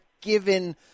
given